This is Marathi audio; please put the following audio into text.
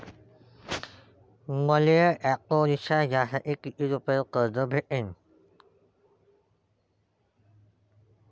मले ऑटो रिक्षा घ्यासाठी कितीक रुपयाच कर्ज भेटनं?